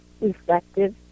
effective